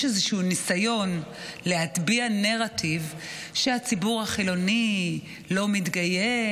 יש איזשהו ניסיון להטביע נרטיב שהציבור החילוני לא מתגייס,